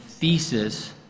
thesis